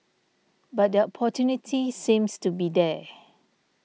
but the opportunity seems to be there